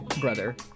brother